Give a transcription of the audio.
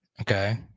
Okay